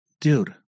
dude